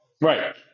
Right